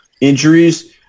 injuries